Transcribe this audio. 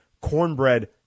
Cornbread